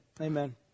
amen